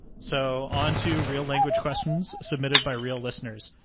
so on to real language questions submitted by real listeners!